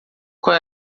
qual